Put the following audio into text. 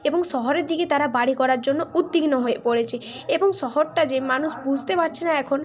এবং শহরের দিকে তারা বাড়ি করার জন্য উদ্বিগ্ন হয়ে পড়েছে এবং শহরটা যে মানুষ বুঝতে পারছে না এখন